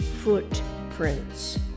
footprints